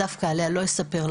דווקא עליה לא אספר,